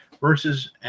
versus